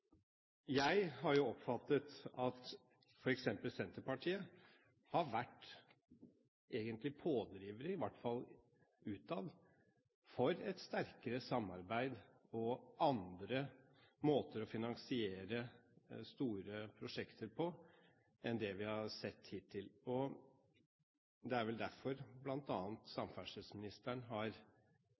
Jeg har oppfattet at f.eks. Senterpartiet egentlig har vært pådrivere – i hvert fall utad – for et sterkere samarbeid når det gjelder andre måter å finansiere store prosjekter på, enn det vi har sett hittil. Det er vel bl.a. derfor samferdselsministeren faktisk har